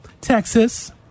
Texas